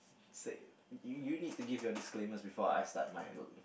say you need to give your disclaimers before I start my